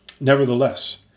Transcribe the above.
Nevertheless